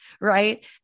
Right